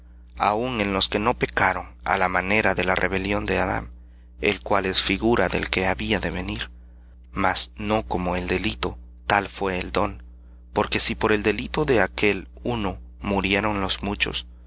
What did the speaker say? aun en los que no pecaron á la manera de la rebelión de adam el cual es figura del que había de venir mas no como el delito tal fué el don porque si por el delito de aquel uno murieron los muchos